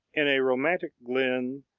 in a romantic glen,